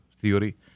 theory